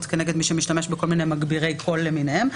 כנגד מי שמשתמש בכל מיני מגבירי קול למיניהם,